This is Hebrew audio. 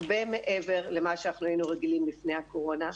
הרבה מעבר למה שאנחנו היינו רגילים לפני הקורונה.